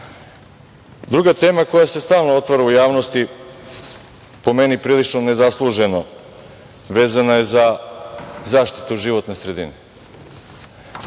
sada. Druga tema koja se stalno otvara u javnosti, po meni, prilično nezasluženo, vezana je za zaštitu životne sredine.